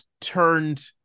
turned